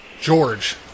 George